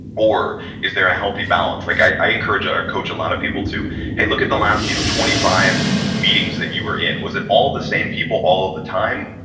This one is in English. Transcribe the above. or is there a healthy balance? like i encourage or coach a lot of people to hey look at the last you know twenty five meetings that you were in. was it all the same people all of the time?